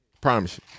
Promise